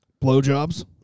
Blowjobs